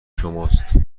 شماست